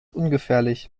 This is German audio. ungefährlich